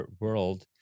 world